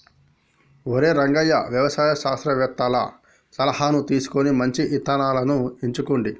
ఒరై రంగయ్య వ్యవసాయ శాస్త్రవేతల సలహాను తీసుకొని మంచి ఇత్తనాలను ఎంచుకోండి